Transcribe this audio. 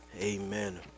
Amen